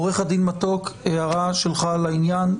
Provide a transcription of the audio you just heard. עו"ד מתוק, הערה שלך לעניין.